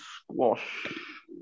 squash